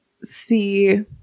see